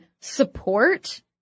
support